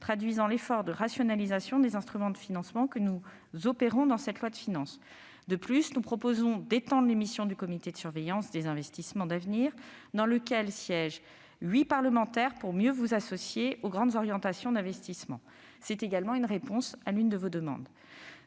traduit l'effort de rationalisation des instruments de financement que nous opérons dans cette loi de finances. De plus, nous proposons d'étendre les missions du comité de surveillance des investissements d'avenir, où siègent huit parlementaires, pour mieux vous associer aux grandes orientations d'investissement. C'est une réponse à l'une de vos demandes.